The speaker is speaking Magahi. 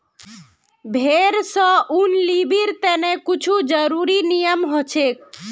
भेड़ स ऊन लीबिर तने कुछू ज़रुरी नियम हछेक